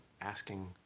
asking